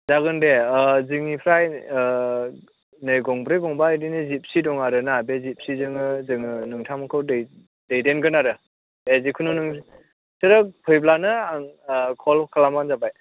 जागोन दे जोंनिफ्राय नै गंब्रै गंबा बिदिनो जिपसि दं आरो ना बे जिपसिजोंनो जोङो नोंथांमोनखौ दैदेनगोन आरो दे जिखुनु नोंसोरो फैब्लानो आंनो कल खालामबानो जाबाय